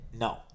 No